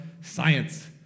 science